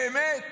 באמת,